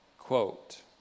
Quote